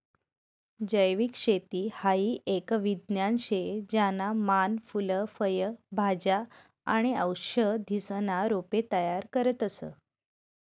जैविक शेती हाई एक विज्ञान शे ज्याना मान फूल फय भाज्या आणि औषधीसना रोपे तयार करतस